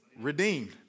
redeemed